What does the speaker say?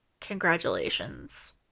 congratulations